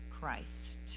Christ